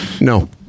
No